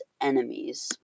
enemies